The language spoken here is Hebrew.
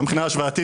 מהבחינה ההשוואתית,